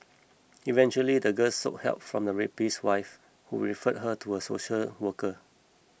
eventually the girl sought help from the rapist's wife who referred her to a social worker